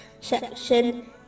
section